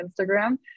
Instagram